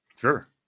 Sure